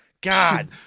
God